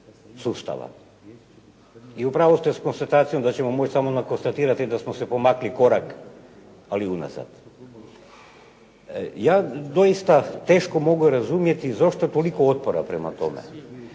sustava. I u pravu ste s konstatacijom da ćemo moći samo konstatirati da smo se pomakli korak ali unazad. Ja doista teško mogu razumjeti zašto toliko otpora prema tome.